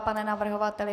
Pane navrhovateli?